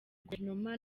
guverinoma